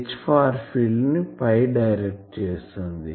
Hఫార్ field ని direct చేస్తుంది